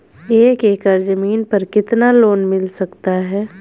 एक एकड़ जमीन पर कितना लोन मिल सकता है?